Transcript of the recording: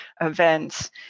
events